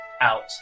out